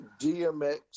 DMX